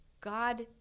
God